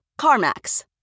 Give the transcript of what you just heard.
CarMax